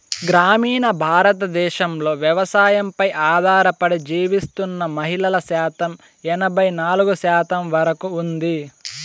గ్రామీణ భారతదేశంలో వ్యవసాయంపై ఆధారపడి జీవిస్తున్న మహిళల శాతం ఎనబై నాలుగు శాతం వరకు ఉంది